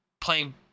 playing